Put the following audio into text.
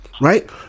right